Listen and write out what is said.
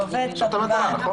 זאת המטרה, נכון?